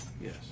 Yes